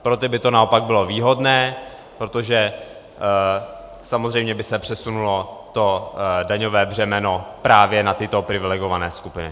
Pro ty by to naopak bylo výhodné, protože samozřejmě by se přesunulo daňové břemeno právě na tyto privilegované skupiny.